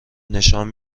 نشان